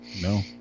No